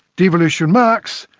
devolution max,